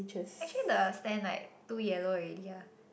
actually the sand like too yellow already ah